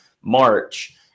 March